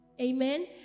Amen